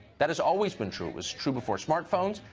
that has always been true. it was true before smart phones,